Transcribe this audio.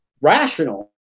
rational